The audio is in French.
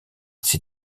ces